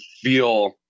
feel